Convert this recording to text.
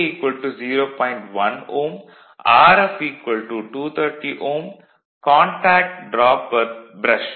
1 Ω Rf 230 Ω contact drop per brush 1 volt